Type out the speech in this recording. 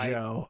Joe